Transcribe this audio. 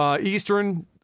Eastern